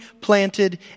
planted